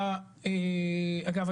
אגב,